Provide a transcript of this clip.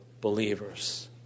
believers